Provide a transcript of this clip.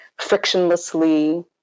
frictionlessly